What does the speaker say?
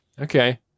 Okay